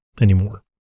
anymore